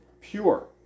pure